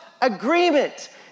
agreement